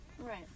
Right